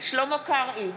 שלמה קרעי,